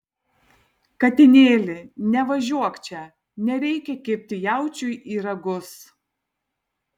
katinėli nevažiuok čia nereikia kibti jaučiui į ragus